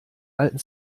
alten